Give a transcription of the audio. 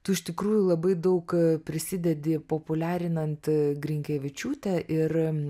tu iš tikrųjų labai daug prisidedi populiarinant grinkevičiūtę ir